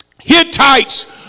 Hittites